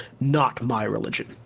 not-my-religion